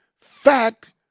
fact